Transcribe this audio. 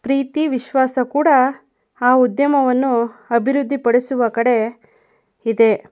ಪ್ರೀತಿ ವಿಶ್ವಾಸ ಕೂಡ ಆ ಉದ್ಯಮವನ್ನು ಅಭಿವೃದ್ಧಿ ಪಡಿಸುವ ಕಡೆ ಇದೆ